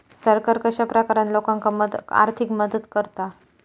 सरकार कश्या प्रकारान लोकांक आर्थिक मदत करता?